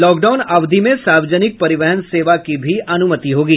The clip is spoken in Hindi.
लॉकडाउन अवधि में सार्वजनिक परिवहन सेवा की भी अनुमति होगी